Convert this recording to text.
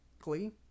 Glee